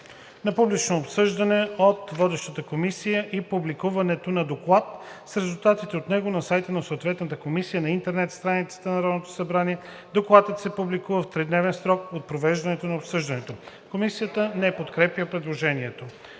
на публично обсъждане от водещата комисия и публикуването на доклад с резултатите от него на сайта на съответната комисия на интернет страницата на Народното събрание. Докладът се публикува в тридневен срок от провеждане на обсъждането.“ Комисията не подкрепя предложението.